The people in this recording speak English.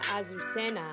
Azucena